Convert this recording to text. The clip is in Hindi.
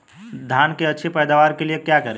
धान की अच्छी पैदावार के लिए क्या करें?